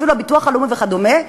ואפילו הביטוח הלאומי וכדומה,